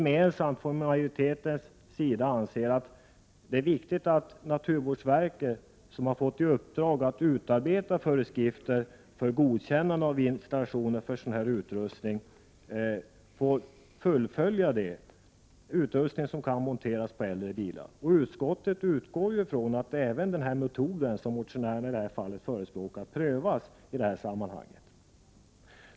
Majoriteten anser att det är viktigt att naturvårdsverket, som har fått i uppdrag att utarbeta föreskrifter för godkännande av installationer av sådan utrustning som kan monteras på äldre bilar, får fullfölja det arbetet. Utskottet utgår ifrån att även den metod som motionärerna i detta fall förespråkar prövas i det sammanhanget.